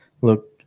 Look